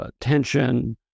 tension